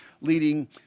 leading